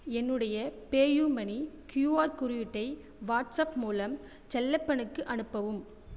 என்னுடைய PayUmoney QR குறியீட்டை WhatsApp மூலம் செல்லப்பனுக்கு அனுப்பவும்